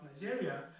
Nigeria